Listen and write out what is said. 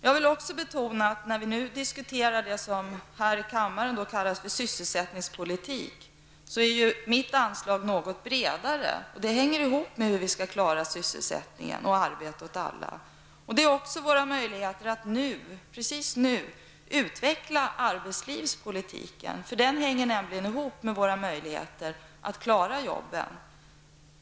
Jag vill också betona att när vi diskuterar det som här i kammaren kallas för sysselsättningspolitik, är mitt anslag något bredare, och det hänger ihop med hur vi skall klara sysselsättningen och arbete åt alla. Hit hör också våra möjligheter att nu, precis nu, utveckla arbetslivspolitiken, för den hänger nämligen ihop med våra möjligheter att klara jobben.